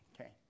okay